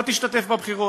לא תשתתף בבחירות.